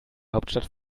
hauptstadt